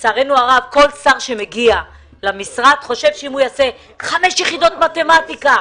לצערנו הרב כל שר שמגיע למשרד חושב שאם יעשה 5 יחידות מתמטיקה,